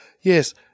yes